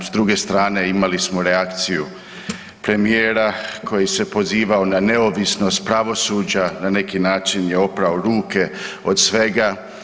S druge strane, imali smo reakciju premijera koji se pozivao na neovisnost pravosuđa, na neki način je oprao ruke od svega.